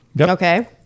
Okay